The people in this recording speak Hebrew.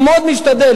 הוא מאוד משתדל,